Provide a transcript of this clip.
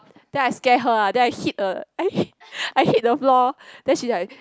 then I scare her ah then I hit a I hit I hit the floor then she like